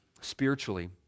spiritually